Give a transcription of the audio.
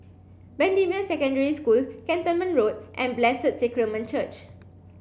Bendemeer Secondary School Cantonment Road and Blessed Sacrament Church